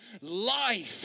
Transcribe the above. life